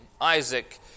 Isaac